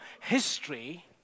history